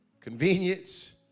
convenience